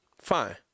Fine